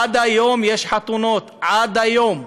עד היום יש חתונות, עד היום.